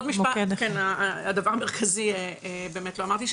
עוד משפט, הדבר המרכזי לא אמרתי.